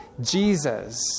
Jesus